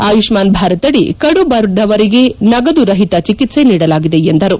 ಆಯುಷ್ಠಾನ್ ಭಾರತ್ಅಡಿ ಕಡುಬಡವರಿಗೆ ನಗದುರಹಿತ ಚಿಕಿತ್ಸೆ ನೀಡಲಾಗಿದೆ ಎಂದರು